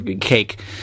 cake